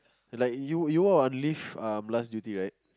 like you you were on leave um last duty right